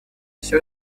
все